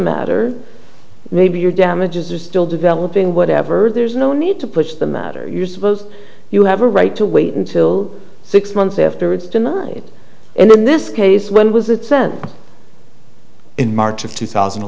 matter maybe your damages are still developing whatever there's no need to push the matter you suppose you have a right to wait until six months afterwards in this case when was it sent in march of two thousand and